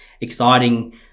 exciting